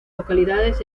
localidades